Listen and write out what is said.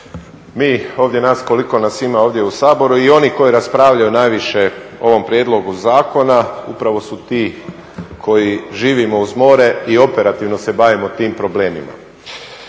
mi ovdje, nas koliko nas ima ovdje u Saboru i oni koji raspravljaju najviše o ovom prijedlogu zakona, upravo su ti koji živimo uz more i operativno se bavimo tim problemima.